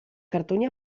cartoni